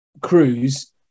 cruise